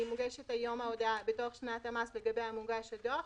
היום ההודעה מוגשת בתוך שנת המס לגביה מוגש הדוח,